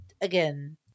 again